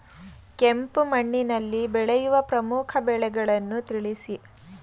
ಕೆಂಪು ಮಣ್ಣಿನಲ್ಲಿ ಬೆಳೆಯುವ ಪ್ರಮುಖ ಬೆಳೆಗಳನ್ನು ತಿಳಿಸಿ?